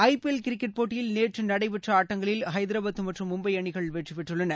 ஐ P L cricket போட்டியில் நேற்று நடைபெற்ற ஆட்டங்களில் ஐதரபாத் மற்றும் மும்பை அணிகள் வெற்றி பெற்றுள்ளன